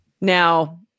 Now